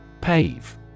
Pave